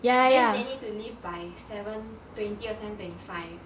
then they need to leave by seven twenty or seven twenty five